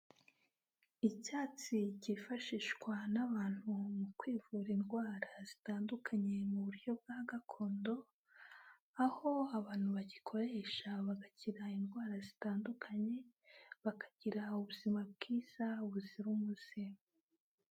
Icyatsi kifashishwa n'abantu mu kwivura indwara zitandukanye mu buryo bwa gakondo, aho abantu bagikoresha bagakira indwara zitandukanye, bakagira ubuzima bwiza buzira umuze.